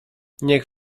niech